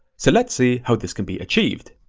so let's see how this could be achieved.